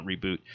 reboot